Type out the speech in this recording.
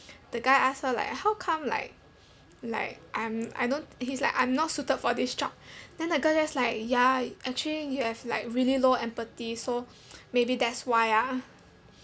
the guy asked her like how come like like I'm I don't he's like I'm not suited for this job then the girl just like ya actually you have like really low empathy so maybe that's why ah